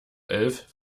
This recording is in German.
elf